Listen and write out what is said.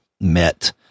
met